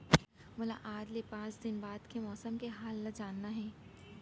मोला आज ले पाँच दिन बाद के मौसम के हाल ल जानना हे?